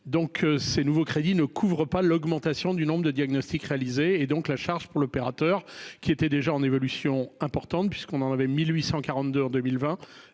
donc ces nouveaux crédits ne couvre pas l'augmentation du nombre de diagnostics réalisés et donc la charge pour l'opérateur, qui était déjà en évolution importante puisqu'on en avait 1842 en 2020